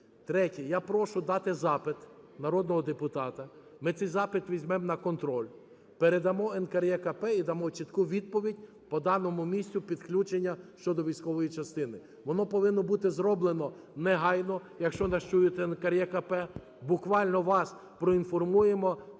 Третє. Я прошу дати запит народного депутата, ми цей запит візьмемо на контроль, передамо НКРЕКП і дамо чітку відповідь по даному місцю підключення щодо військової частини. Воно повинно бути зроблено негайно, якщо нас чуєте, НКРЕКП. Буквально вас проінформуємо